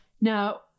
Now